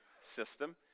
system